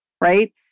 right